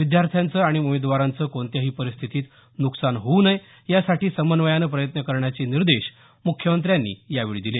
विद्यार्थ्यांचं आणि उमेदवारांचं कोणत्याही परिस्थितीत नुकसान होऊ नये यासाठी समन्वयानं प्रयत्न करण्याचे निर्देश मुख्यमंत्र्यांनी यावेळी दिले